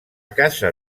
casa